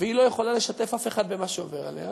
והיא לא יכולה לשתף אף אחד במה שעובר עליה.